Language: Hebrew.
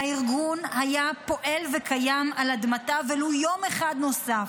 והארגון היה פועל וקיים על אדמתה ולו יום אחד נוסף.